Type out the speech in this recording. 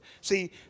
See